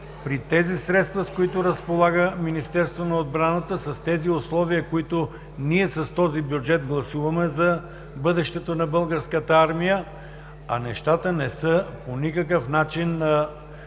при тези средства, с които разполага Министерството на отбраната, с тези условия, които ние с този бюджет гласуваме за бъдещето на Българската армия, а нещата по никакъв начин